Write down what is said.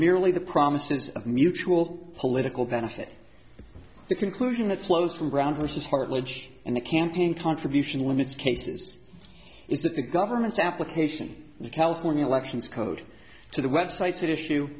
merely the promises of mutual political benefit the conclusion that flows from brown versus hard ledge in the campaign contribution limits cases is the government's application the california elections code to the websites that issue